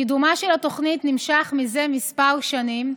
קידומה של התוכנית נמשך זה כמה שנים,